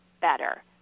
better